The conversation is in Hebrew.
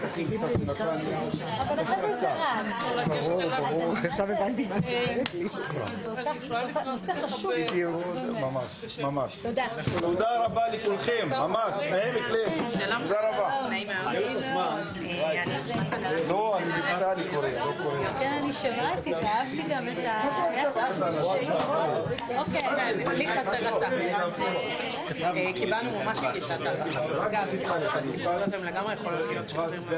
בשעה 13:45.